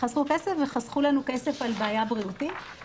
חסכו כסף, וחסכו לנו כסף על בעיה בריאותית.